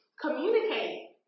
Communicate